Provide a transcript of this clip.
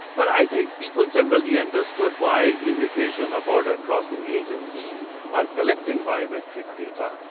but i think people generally understood why immigration or border crossing agencies are collecting biometric data.